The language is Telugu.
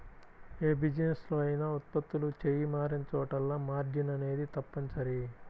యే బిజినెస్ లో అయినా ఉత్పత్తులు చెయ్యి మారినచోటల్లా మార్జిన్ అనేది తప్పనిసరి